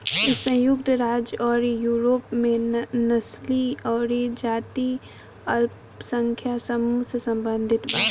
इ संयुक्त राज्य अउरी यूरोप में नस्लीय अउरी जातीय अल्पसंख्यक समूह से सम्बंधित बा